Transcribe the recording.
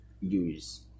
use